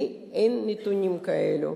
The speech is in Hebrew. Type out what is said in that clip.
לי אין נתונים כאלה.